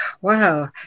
wow